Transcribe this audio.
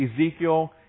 Ezekiel